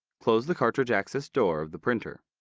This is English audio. close the cartridge access door of the printer.